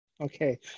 Okay